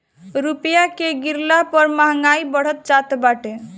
रूपया के गिरला पअ महंगाई बढ़त जात बाटे